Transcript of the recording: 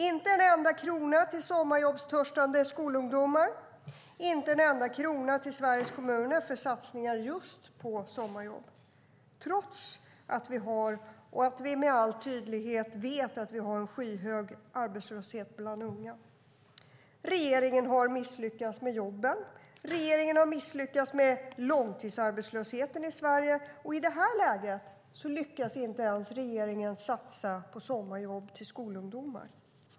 Inte en enda krona går till sommarjobbstörstande skolungdomar, och inte en enda krona går till Sveriges kommuner för satsningar just på sommarjobb, trots att vi med all tydlighet vet att vi har en skyhög arbetslöshet bland unga. Regeringen har misslyckats med jobben. Regeringen har misslyckats med långtidsarbetslösheten i Sverige. I detta läge lyckas regeringen inte ens satsa på sommarjobb till skolungdomar.